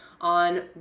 on